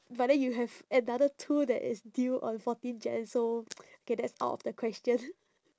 but then you have another two that is due on fourteen jan so okay that's out of the question